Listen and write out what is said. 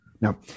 Now